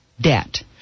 debt